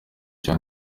cya